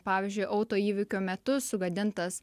pavyzdžiui autoįvykio metu sugadintas